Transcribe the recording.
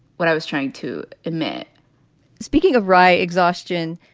what i was trying to admit speaking of wry exhaustion,